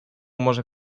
może